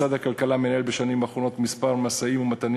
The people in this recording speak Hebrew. משרד הכלכלה מנהל בשנים האחרונות כמה משאים-ומתנים